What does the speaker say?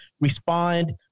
respond